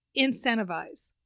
incentivize